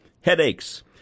Headaches